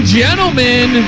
gentlemen